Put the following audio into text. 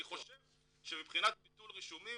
אני חושב שמבחינת ביטול רישומים,